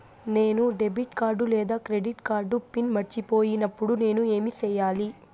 నేను debit card లేదా credit card PIN మర్చిపోయినప్పుడు నేను ఏమి సెయ్యాలి?